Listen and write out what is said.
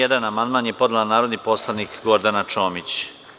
Na član 1. amandman je podnela narodni poslanik Gordana Čomić.